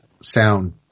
Sound